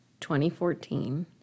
2014